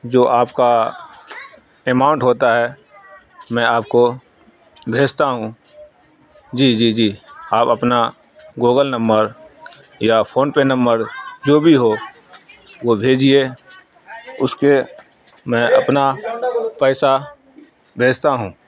جو آپ کا اماؤنٹ ہوتا ہے میں آپ کو بھیجتا ہوں جی جی جی آپ اپنا گوگل نمبر یا فون پے نمبر جو بھی ہو وہ بھیجیے اس کے میں اپنا پیسہ بھیجتا ہوں